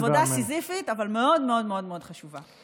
עבודה סיזיפית אבל מאוד מאוד מאוד חשובה.